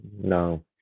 No